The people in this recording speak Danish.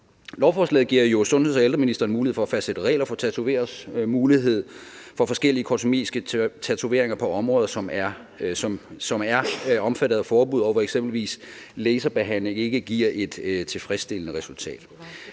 Lovforslaget giver sundheds- og ældreministeren mulighed for at fastsætte regler for tatoveredes mulighed for forskellige kosmetiske tatoveringer på områder, som er omfattet af forbuddet, og hvor eksempelvis laserbehandling ikke giver et tilfredsstillende resultat.